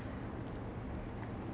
ya ya okay okay